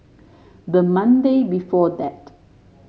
the Monday before that